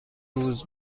روز